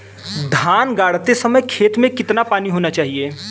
धान गाड़ते समय खेत में कितना पानी होना चाहिए?